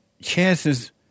chances